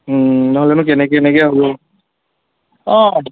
নহ'লেনো কেনেকে এনেকে হ'ব অঁ